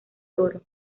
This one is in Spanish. toros